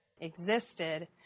existed